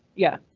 yeah